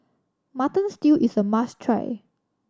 Mutton Stew is a must try